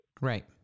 Right